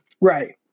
Right